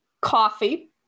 Coffee